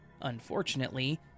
unfortunately